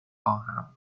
خواهم